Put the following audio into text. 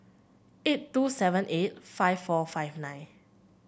eight two seven eight five four five nine